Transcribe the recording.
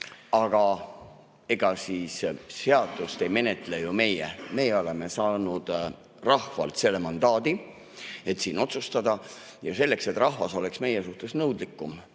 Aga ega siis seadust ei menetle ju meie. Meie oleme saanud rahvalt mandaadi, et siin otsustada. Ja selleks, et rahvas oleks meie suhtes nõudlikum,